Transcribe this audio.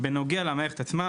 בנוגע למערכת עצמה,